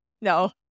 No